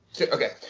Okay